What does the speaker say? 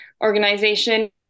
organization